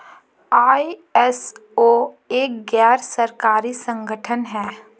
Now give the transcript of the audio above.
ISO एक गैर सरकारी संगठन है